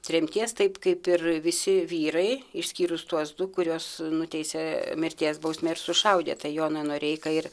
tremties taip kaip ir visi vyrai išskyrus tuos du kuriuos nuteisė mirties bausme ir sušaudė tai joną noreiką ir